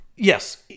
Yes